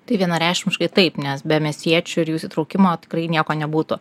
tai vienareikšmiškai taip nes be miestiečių ir jų įsitraukimo tikrai nieko nebūtų